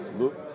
look